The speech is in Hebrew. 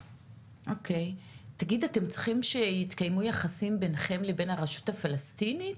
האם אתם צריכים שיתקיימו יחסים ביניכם לבין הרשות שפלסטינית?